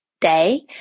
day